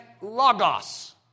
Logos